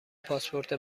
پاسپورت